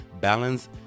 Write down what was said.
balance